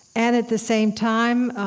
and at the same time,